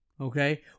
okay